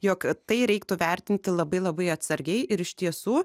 jog tai reiktų vertinti labai labai atsargiai ir iš tiesų